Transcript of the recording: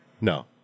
No